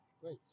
Great